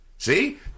See